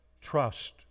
Trust